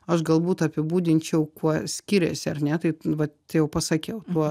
aš galbūt apibūdinčiau kuo skiriasi ar ne tai vat jau pasakiau tuo